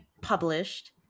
published